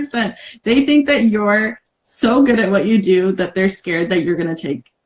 but they think that you're so good at what you do that they're scared that you're gonna take,